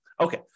Okay